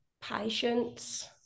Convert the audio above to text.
Patience